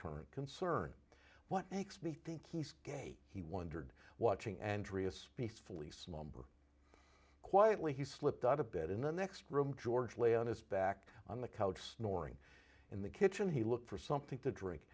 current concern what makes me think he's gay he wondered watching andrea's peacefully slumber quietly he slipped out of bed in the next room george lay on his back on the couch snoring in the kitchen he looked for something to drink